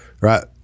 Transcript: right